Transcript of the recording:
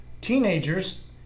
Teenagers